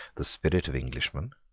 the spirit of englishmen,